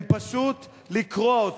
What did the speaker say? הוא פשוט לקרוע אותם.